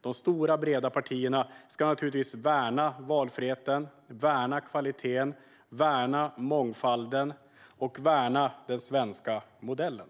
De stora, breda partierna ska naturligtvis värna valfriheten, kvaliteten, mångfalden och den svenska modellen.